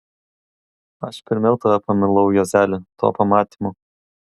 aš pirmiau tave pamilau juozeli tuo pamatymu